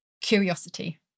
curiosity